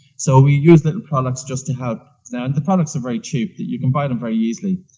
so we use little products just to help, and the products are very cheap. you can buy them very easily,